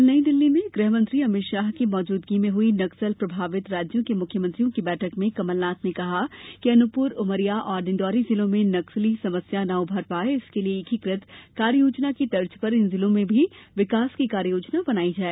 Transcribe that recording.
कल नई दिल्ली में गृहमंत्री अमित शाह की मौजूदगी में हई नक्सल प्रभावित राज्यों के मुख्यमंत्रियों की बैठक में कमलनाथ ने कहा कि अनूपपुर उमरिया और डिण्डोरी जिलों में नक्सली समस्या न उभर पाए इसके लिये एकीकृत कार्ययोजना की तर्ज पर इन जिलों में भी विकास की कार्ययोजना बनाई जाए